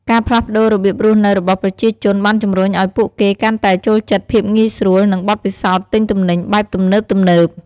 ការផ្លាស់ប្តូររបៀបរស់នៅរបស់ប្រជាជនបានជំរុញឲ្យពួកគេកាន់តែចូលចិត្តភាពងាយស្រួល និងបទពិសោធន៍ទិញទំនិញបែបទំនើបៗ។